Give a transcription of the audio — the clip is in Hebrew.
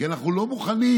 כי אנחנו לא מוכנים